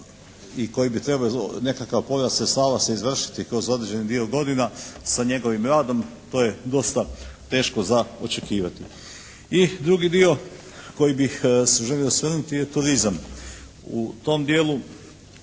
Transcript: i koji bi trebao nekakav porast sredstava se izvršiti kroz određeni dio godina sa njegovim radom. To je dosta teško za očekivati. I drugi dio na koji bih se želio osvrnuti je turizam. U tom dijelu